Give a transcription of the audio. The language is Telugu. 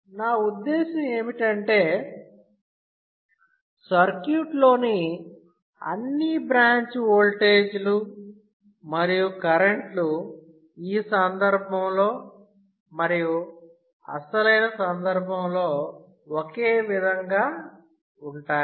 నా ఉద్దేశ్యం ఏమిటంటే సర్క్యూట్లోని అన్ని బ్రాంచ్ వోల్టేజీలు మరియు కరెంట్లు ఈ సందర్భంలో మరియు అసలైన సందర్భంలో ఒకే విధంగా ఉంటాయి